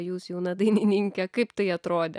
jūs jauna dainininkė kaip tai atrodė